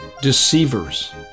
deceivers